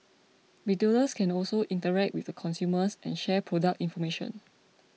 retailers can also interact with the consumers and share product information